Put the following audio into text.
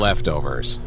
Leftovers